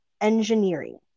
engineering